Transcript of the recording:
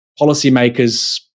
policymakers